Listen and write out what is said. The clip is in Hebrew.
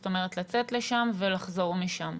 זאת אומרת לצאת לשם ולחזור משם,